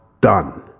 done